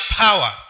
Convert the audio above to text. power